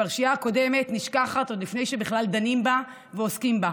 הפרשייה הקודמת נשכחת עוד לפני שבכלל דנים בה ועוסקים בה.